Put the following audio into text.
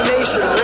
Nation